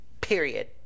Period